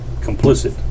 complicit